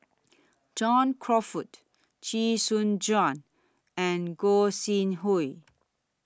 John Crawfurd Chee Soon Juan and Gog Sing Hooi